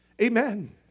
Amen